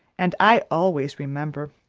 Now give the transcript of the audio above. and i always remember.